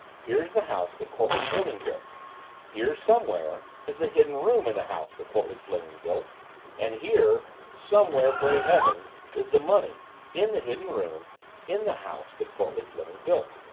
here's the house that courtleigh fleming built here, somewhere, is the hidden room in the house that courtleigh fleming built and here somewhere pray heaven is the money in the hidden room in the house that courtleigh fleming built.